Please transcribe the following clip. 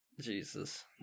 Jesus